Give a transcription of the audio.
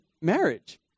marriage